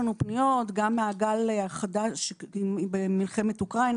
פניות גם מהגל החדש במלחמת אוקראינה,